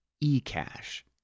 e-cash